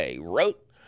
wrote